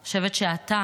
אני חושבת שאתה,